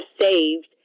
saved